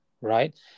right